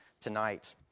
tonight